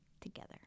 together